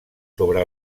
sobre